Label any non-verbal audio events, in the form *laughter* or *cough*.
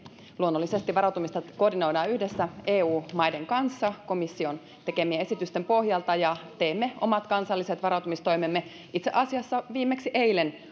luonnollisesti varautumista koordinoidaan yhdessä eu maiden kanssa komission tekemien esitysten pohjalta ja teemme omat kansalliset varautumistoimemme itse asiassa viimeksi eilen *unintelligible*